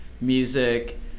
music